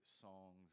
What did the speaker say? songs